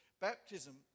Baptism